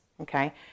okay